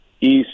east